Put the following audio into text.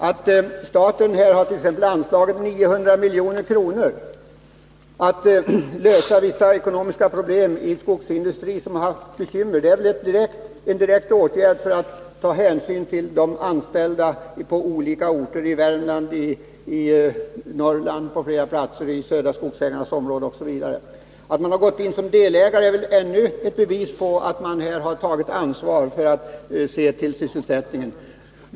Att staten här t.ex. har anslagit 900 milj.kr. att användas för att lösa vissa ekonomiska problem i en skogsindustri som haft bekymmer är väl en åtgärd som direkt visar att man eftersträvat att ta hänsyn till de anställda på olika orter i Värmland och Norrland samt på flera platser inom Södra Skogsägarnas område osv. Att man har gått in som delägare är väl ännu ett bevis på att man här har tagit ansvar för sysselsättningen.